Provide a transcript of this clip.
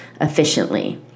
efficiently